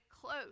close